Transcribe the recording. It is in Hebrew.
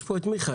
יש פה את מיכאל,